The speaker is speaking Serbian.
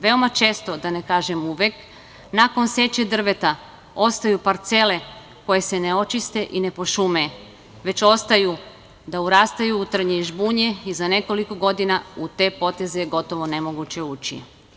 Veoma često, da ne kažem uvek, nakon seče drveta ostaju parcele koje se ne očiste i ne pošume, već ostaju da urastaju u trnje i žbunje i za nekoliko godina u te poteze je gotovo nemoguće ući.